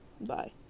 Bye